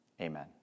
Amen